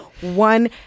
one